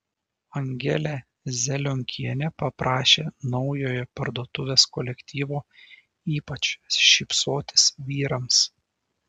angelė zelionkienė paprašė naujojo parduotuvės kolektyvo ypač šypsotis vyrams